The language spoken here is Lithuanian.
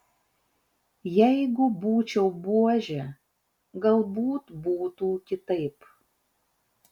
jeigu būčiau buožė galbūt būtų kitaip